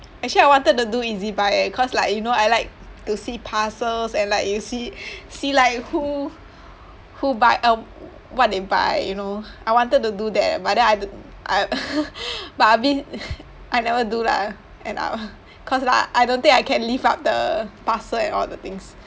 actually I wanted to do ezbuy eh cause like you know I like to see parcels and like you see see like who who buy uh what they buy you know I wanted to do that eh but then I d~ I but I a bit I never do lah end up cause like I don't think I can lift up the parcel and all the things